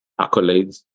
accolades